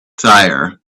tyre